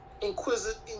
Inquisitive